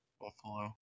Buffalo